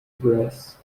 brass